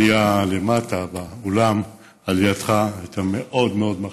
למטה באולם על ידיך הייתה מאוד מאוד מרשימה,